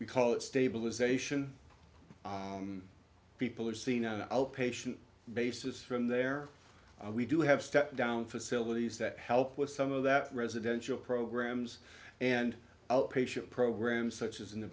we call it stabilization people are seeing an outpatient basis from there we do have stepped down facilities that help with some of that residential programs and outpatient program such as in